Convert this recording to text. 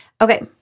Okay